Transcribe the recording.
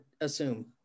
assume